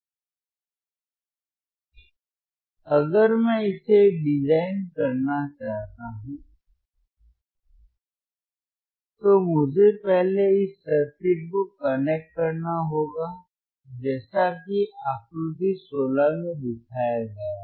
इसलिए अगर मैं इसे डिजाइन करना चाहता हूं तो मुझे पहले इस सर्किट को कनेक्ट करना होगा जैसा कि आकृति 16 में दिखाया गया है